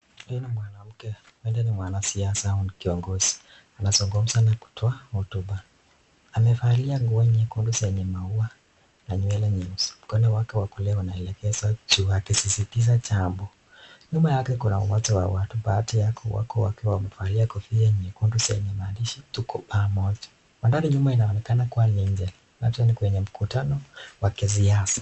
Huyu ni mwanamke, huenda ni mwanasiasa au kiongozi, anazungumza na kutoa hotuba. Amevalia nguo nyekundu zenye maua na nywele nyeusi. Mkono wake wa kulia unaelekeza juu akisisitiza jambo. Nyuma yake kuna umati wa watu, baadhi yao wakiwa wamevalia kofia nyekundu zenye maandishi "Tuko Pamoja". Mandhari nyuma inaonekana kuwa ni nje, labda ni kwenye mkutano wa kisiasa.